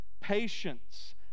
patience